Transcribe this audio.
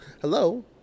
Hello